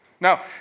Now